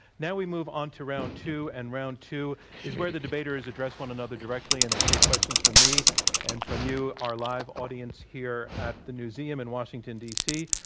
now we move on to round two and round two is where the debaters address one another directly and they take questions from me and from you, our live audience here at the newseum in washington, d. c.